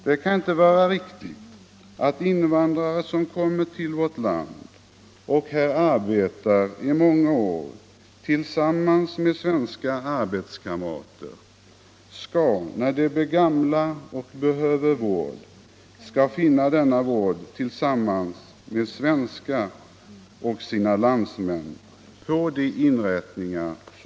Det kan inte vara riktigt att invandrare, som arbetat här i många år tillsammans med svenska arbetskamrater, när de blir gamla och behöver vård, inte skall få denna vård tillsammans med svenskar och landsmän på nuvarande inrättningar.